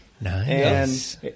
Nice